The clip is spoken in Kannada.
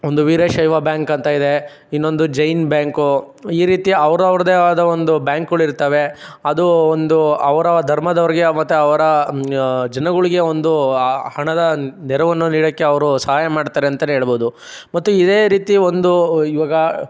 ಒಂದು ವೀರಶೈವ ಬ್ಯಾಂಕಂತ ಇದೆ ಇನ್ನೊಂದು ಜೈನ ಬ್ಯಾಂಕು ಈ ರೀತಿ ಅವ್ರವ್ರದ್ದೇ ಆದ ಒಂದು ಬ್ಯಾಂಕ್ಗಳಿರ್ತಾವೆ ಅದು ಒಂದು ಅವರ ಧರ್ಮದವ್ರಿಗೆ ಮತ್ತು ಅವರ ಜನಗಳಿಗೆ ಒಂದು ಆ ಹಣದ ನೆರವನ್ನು ನೀಡೋಕ್ಕೆ ಅವರು ಸಹಾಯ ಮಾಡ್ತಾರೆ ಅಂತಲೇ ಹೇಳ್ಬೋದು ಮತ್ತು ಇದೇ ರೀತಿ ಒಂದು ಇವಾಗ